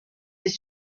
des